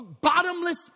bottomless